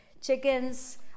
chickens